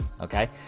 Okay